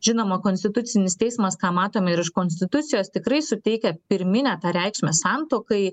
žinoma konstitucinis teismas ką matome ir iš konstitucijos tikrai suteikia pirminę tą reikšmę santuokai